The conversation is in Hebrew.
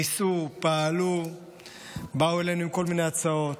ניסו, פעלו, באו אלינו עם כל מיני הצעות.